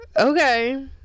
Okay